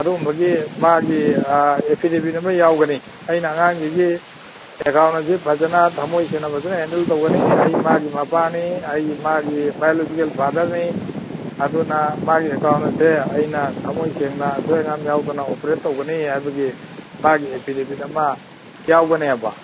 ꯑꯗꯨꯒꯨꯝꯕꯒꯤ ꯃꯥꯒꯤ ꯑꯦꯐꯤꯗꯕꯤꯠ ꯑꯃ ꯌꯥꯎꯒꯅꯤ ꯑꯩꯅ ꯑꯉꯥꯡꯁꯤꯒꯤ ꯑꯦꯀꯥꯎꯟ ꯑꯁꯤ ꯐꯖꯅ ꯊꯃꯣꯏ ꯁꯦꯡꯅ ꯐꯖꯅ ꯍꯦꯟꯗꯜ ꯇꯧꯒꯅꯤ ꯑꯩ ꯃꯥꯒꯤ ꯃꯄꯥꯅꯤ ꯑꯩ ꯃꯥꯒꯤ ꯕꯥꯏꯌꯣꯂꯣꯖꯤꯀꯦꯜ ꯐꯥꯗꯔꯅꯤ ꯑꯗꯨꯅ ꯃꯥꯒꯤ ꯑꯦꯀꯥꯎꯟ ꯑꯁꯦ ꯑꯩꯅ ꯊꯃꯣꯏ ꯁꯦꯡꯅ ꯑꯁꯣꯏ ꯑꯉꯥꯝ ꯌꯥꯎꯗꯅ ꯑꯣꯄꯔꯦꯠ ꯇꯧꯒꯅꯤ ꯍꯥꯏꯕꯒꯤ ꯃꯥꯒꯤ ꯑꯦꯐꯤꯗꯥꯕꯤꯠ ꯑꯃ ꯌꯥꯎꯒꯅꯦꯕ